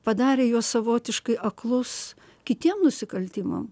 padarė juos savotiškai aklus kitiem nusikaltimam